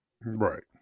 Right